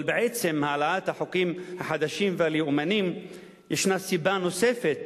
אבל בעצם העלאת החוקים החדשים והלאומניים יש סיבה נוספת